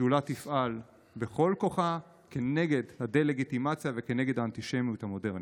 השדולה תפעל בכל כוחה כנגד הדה-לגיטימציה וכנגד האנטישמיות המודרנית.